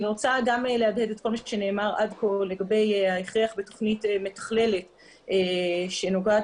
אני תומכת בכל מה שנאמר עד כה לגבי ההכרח בתוכנית מתכללת שנוגעת